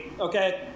okay